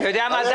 אתה יודע מה זה?